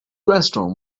restaurant